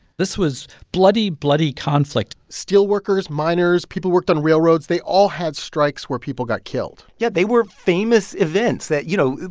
this was bloody, bloody conflict steelworkers, miners, people who worked on railroads they all had strikes where people got killed yeah. they were famous events that, you know,